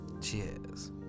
Cheers